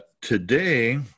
today